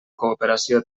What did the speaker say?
cooperació